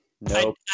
Nope